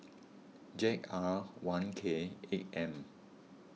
Z R one K eight M